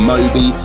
Moby